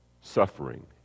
suffering